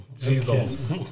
Jesus